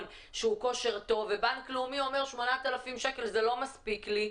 שהוא כושר טוב ובנק לאומי אומר 8,000 שקל זה לא מספיק לי,